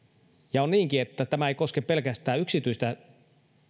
ja on niinkin että tämä ei koske pelkästään yksityistä